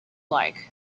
like